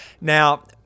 Now